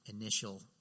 initial